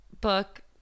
book